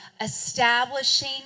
establishing